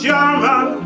German